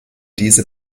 diese